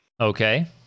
Okay